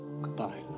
Goodbye